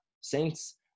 Saints